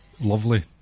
lovely